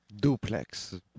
Duplex